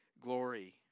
glory